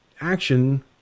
action